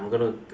I'm gonna